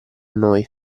noi